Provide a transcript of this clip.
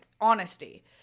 honesty